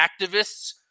activists